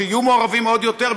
ושיהיו מעורבים עוד יותר,